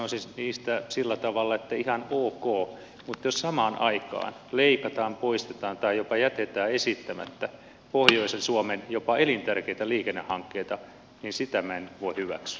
minä sanoisin niistä sillä tavalla että ihan ok mutta jos samaan aikaan leikataan poistetaan tai jopa jätetään esittämättä pohjoisen suomen jopa elintärkeitä liikennehankkeita niin sitä minä en voi hyväksyä